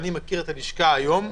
ואני מכיר את הלשכה היום,